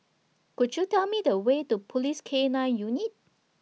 Could YOU Tell Me The Way to Police K nine Unit